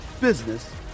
business